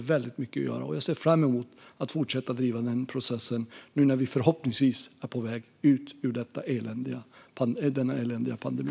Jag ser fram emot att fortsätta att driva den processen nu när vi förhoppningsvis är på väg ut ur denna eländiga pandemi.